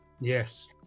Yes